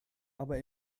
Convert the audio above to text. aber